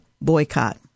boycott